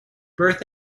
birth